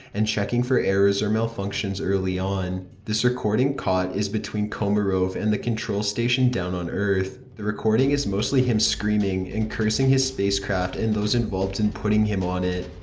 and checking for errors or malfunctions early on. this recording caught is between komarov and the control station down on earth. the recording his mostly him screaming, and cursing his spacecraft and those involved in putting him on it.